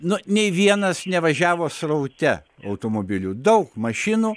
nu nei vienas nevažiavo sraute automobilių daug mašinų